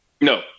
No